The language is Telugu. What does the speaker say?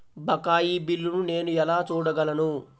బకాయి బిల్లును నేను ఎలా చూడగలను?